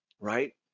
right